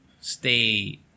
stay